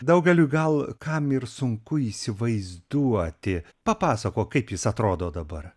daugeliui gal kam ir sunku įsivaizduoti papasakok kaip jis atrodo dabar